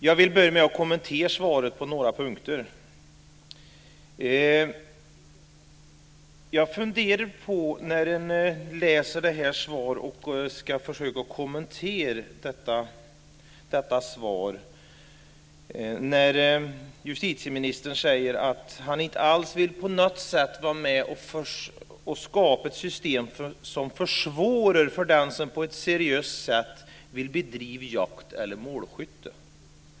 Jag vill kommentera svaret på några punkter. I svaret säger justitieministern att han inte på något sätt vill vara med och skapa ett system som försvårar för den som på ett seriöst sätt vill bedriva jakteller målskytte.